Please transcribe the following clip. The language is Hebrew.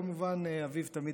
אביב תמיד היה עם ספר,